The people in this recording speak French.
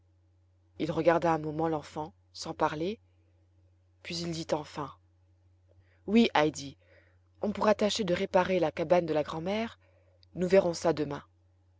il regarda un moment l'enfant sans parler puis il dit enfin oui heidi ou pourra tâcher de réparer la cabane de la grand'mère nous verrons ça demain